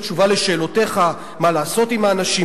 בתשובה על שאלותיך מה לעשות עם האנשים,